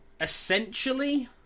Essentially